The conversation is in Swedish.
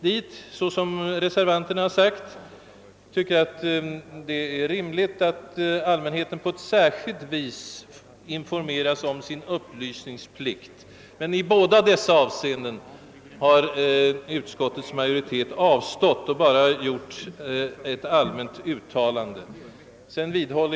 Det är alltså rimligt att allmänheten på ett särskilt sätt informeras om sin upplysningsplikt. I båda dessa avseenden har utskottets majoritet tyvärr endast gjort allmänna uttalanden.